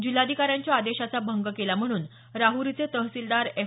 जिल्हाधिकाऱ्यांच्या आदेशाचा भंग केला म्हणून राहरीचे तहसीलदार एफ